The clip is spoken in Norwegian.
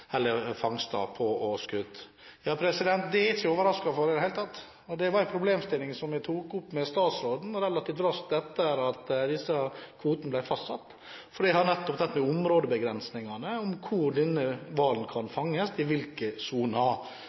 Ja, det er jeg ikke overrasket over i det hele tatt. Det var en problemstilling som jeg tok opp med statsråden relativt raskt etter at disse kvotene ble fastsatt. Det har nettopp med områdebegrensingene å gjøre – i hvilke soner denne hvalen kan fanges. Man fikk en begrensning i